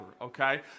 okay